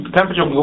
temperature